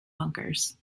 bunkers